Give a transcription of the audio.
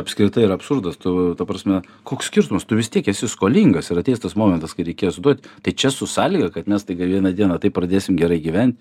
apskritai yra absurdas tu ta prasme koks skirtumas tu vis tiek esi skolingas ir ateis tas momentas kai reikės duot tai čia su sąlyga kad mes staiga vieną dieną taip pradėsim gerai gyvent